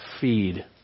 feed